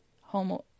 Home